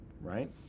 right